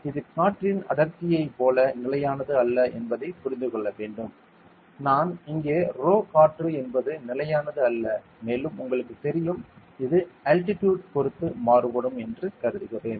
எனவே இது காற்றின் அடர்த்தியைப் போல நிலையானது அல்ல என்பதை புரிந்து கொள்ள வேண்டும் நான் இங்கே rho காற்று என்பது நிலையானது அல்ல மேலும் உங்களுக்குத் தெரியும் இது அல்ட்டிடியுடு பொறுத்து மாறுபடும் என்று கருதுகிறேன்